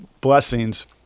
Blessings